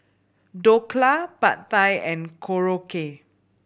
Dhokla Pad Thai and Korokke